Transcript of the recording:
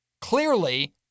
Clearly